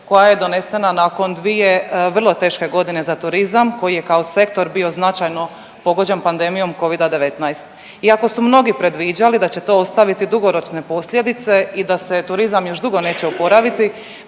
koja je donesena nakon 2 vrlo teške godine za turizma koji je kao sektor bio značajno pogođen pandemijom Covida-19. Iako su mnogi predviđali da će to ostaviti dugoročne posljedice i da se turizam još dugo neće oporaviti,